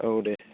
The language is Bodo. औ दे